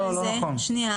הנה,